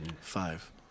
Five